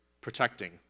protecting